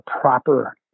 proper